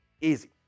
easy